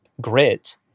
grit